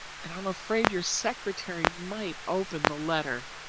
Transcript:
and i'm afraid your secretary might open the letter.